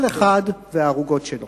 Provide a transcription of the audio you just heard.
כל אחד והערוגות שלו.